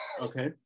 okay